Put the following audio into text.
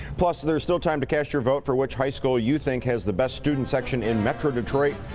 plus, there's still time to cast your vote for which high school you think has the best student section in metro detroit.